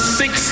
six